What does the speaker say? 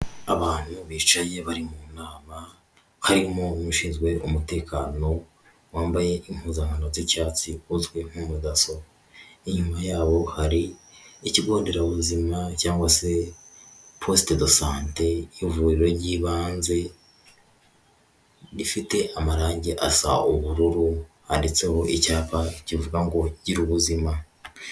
Abantu bicaye bari mu nama, harimo ushinzwe umutekano wambaye impuzankano z'icyatsi uzwi nk'umudaso. Inyuma yabo hari ikigo nderabuzima cyangwa se posite do sante, ivuriro ry'ibanze rifite amarangi asa ubururu handitseho icyapa kivuga ngo ''gira ubuzima''.